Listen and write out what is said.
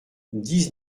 dix